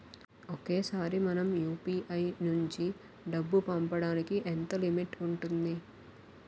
ఒకేసారి మనం యు.పి.ఐ నుంచి డబ్బు పంపడానికి ఎంత లిమిట్ ఉంటుంది?